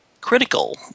critical